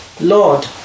Lord